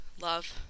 Love